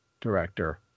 director